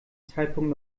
zeitpunkt